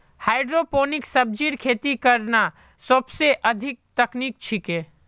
hydroponic सब्जिर खेती करला सोबसे आधुनिक तकनीक छिके